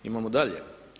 Imamo dalje.